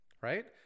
right